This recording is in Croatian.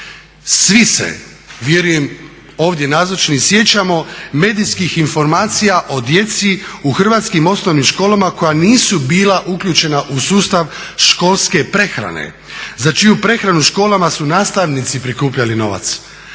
Svi se vjerujem ovdje nazočni sjećamo medijskih informacija o djeci u hrvatskim osnovnim školama koja nisu bila uključena u sustav školske prehrane za čiju prehranu u školama su nastavnici prikupljali novac